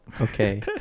Okay